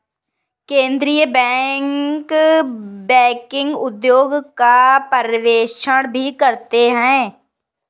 केन्द्रीय bank banking उद्योग का पर्यवेक्षण भी करते हैं